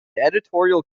editorial